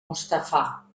mustafà